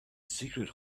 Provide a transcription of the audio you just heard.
secret